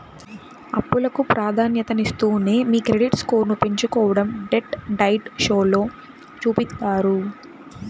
అప్పులకు ప్రాధాన్యతనిస్తూనే మీ క్రెడిట్ స్కోర్ను పెంచుకోడం డెట్ డైట్ షోలో చూపిత్తారు